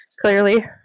clearly